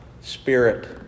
Spirit